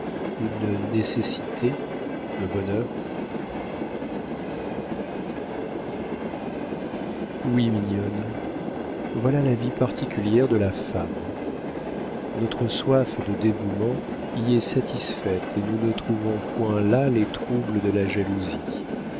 une nécessité le bonheur oui mignonne voilà la vie particulière de la femme notre soif de dévouement y est satisfaite et nous ne trouvons point là les troubles de la jalousie